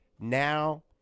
now